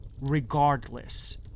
regardless